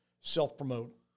self-promote